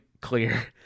clear